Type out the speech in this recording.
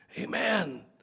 Amen